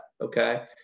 okay